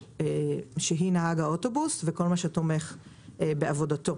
שהיא נהג האוטובוס וכל מה שתומך בעבודתו.